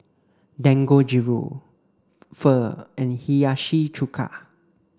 Dangojiru Pho and Hiyashi Chuka